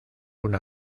una